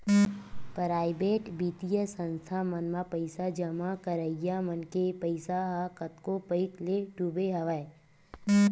private बित्तीय संस्था मन म पइसा जमा करइया मन के पइसा ह कतको पइत ले डूबे हवय